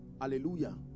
Hallelujah